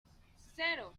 cero